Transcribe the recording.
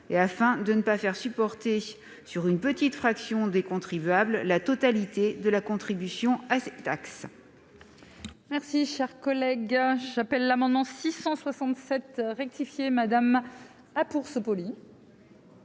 et de ne pas faire supporter sur une petite fraction des contribuables la totalité de la contribution à ces taxes.